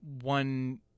One